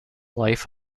life